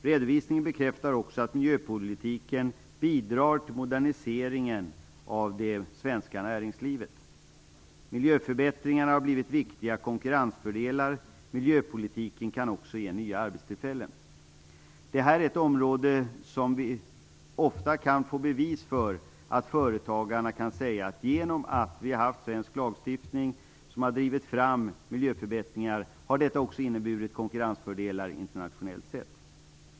Redovisningen bekräftar också att miljöpolitiken bidrar till moderniseringen av det svenska näringslivet. Miljöförbättringarna har blivit viktiga konkurrensfördelar. Miljöpolitiken kan också ge nya arbetstillfällen. Detta är ett område som vi ofta kan få bevis för att företagarna kan säga att genom att vi har haft svensk lagstiftning som har drivit fram miljöförbättringar har detta också inneburit konkurrensfördelar internationellt sett.